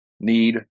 need